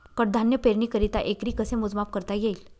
कडधान्य पेरणीकरिता एकरी कसे मोजमाप करता येईल?